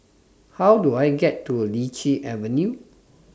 How Do I get to Lichi Avenue